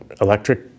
electric